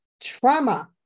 trauma